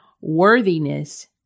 worthiness